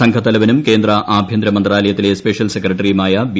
സംഘത്തലവനും കേന്ദ്ര ആഭ്യന്തര മന്ത്രാലയത്തിലെ സ്പെഷൃൽ സെക്രട്ടറിയുമായ ബി